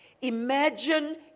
Imagine